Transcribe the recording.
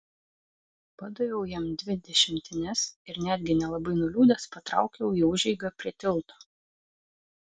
padaviau jam dvi dešimtines ir netgi nelabai nuliūdęs patraukiau į užeigą prie tilto